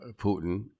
Putin